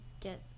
get